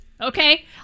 Okay